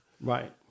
Right